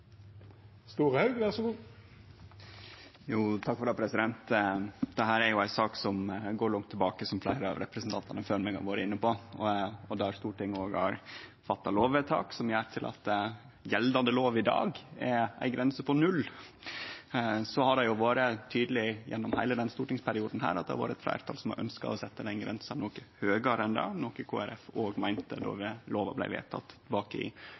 er ei sak som går langt tilbake, som fleire av representantane før meg har vore inne på, og der Stortinget har fatta lovvedtak som gjer at gjeldande lov i dag har ei grense på 0. Det har vore tydeleg gjennom heile denne stortingsperioden at det har vore eit fleirtal som har ønskt å setje den grensa noko høgare enn det, noko Kristeleg Folkeparti òg meinte då lova blei vedteken tilbake i 2015. No har vi forhandla på Granavolden, og vi har kome fram til